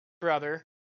brother